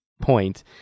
point